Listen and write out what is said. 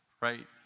right